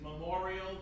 Memorial